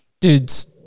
Dude's